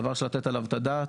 דבר שלתת עליו את הדעת.